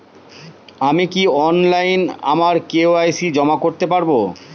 আমি কি অনলাইন আমার কে.ওয়াই.সি জমা করতে পারব?